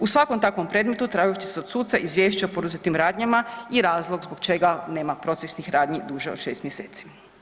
U svakom takvom predmetu tražit će se od suca izvješće o pojedinim radnjama i razlog zbog čega nema procesnih radnji duže od 6 mjeseci.